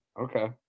Okay